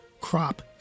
crop